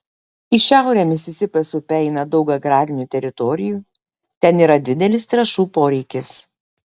į šiaurę misisipės upe eina daug agrarinių teritorijų ten yra didelis trąšų poreikis